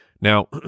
Now